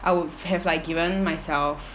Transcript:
I would have like given myself